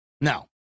No